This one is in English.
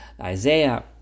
Isaiah